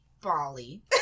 Bali